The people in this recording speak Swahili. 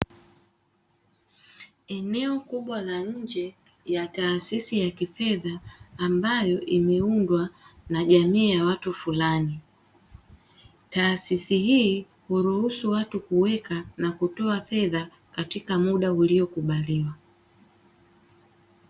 Eneo kubwa la nje ya taasisi ya kifedha ambayo imeundwa na jamii ya watu fulani, taasisi hii huruhusu watu kuweka na kutoa fedha katika muda uliokubaliwa.